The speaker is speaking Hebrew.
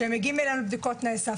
וכשמגיעים אלינו בדיקות זה נאסף.